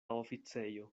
oficejo